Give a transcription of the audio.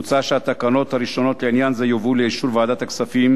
מוצע שהתקנות הראשונות לעניין זה יובאו לאישור ועדת הכספים